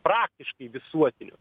praktiškai visuotinis